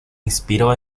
inspiró